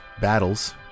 Battles